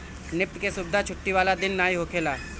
NEFT के सुविधा छुट्टी वाला दिन नाइ होखेला